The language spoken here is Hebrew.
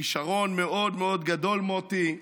כישרון מאוד מאוד גדול, מוטי.